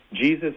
Jesus